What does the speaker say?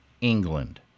England